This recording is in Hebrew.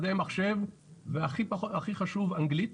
מדעי מחשב והכי חשוב אנגלית.